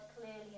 clearly